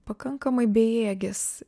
pakankamai bejėgis